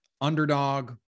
underdog